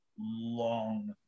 long